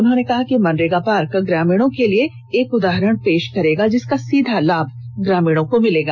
उन्होंने कहा कि मनरेगा पार्क ग्रामीणों के लिए एक उदाहरण पेश करेगा जिसका सीधा लाभ ग्रामीणों को मिलेगा